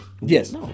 Yes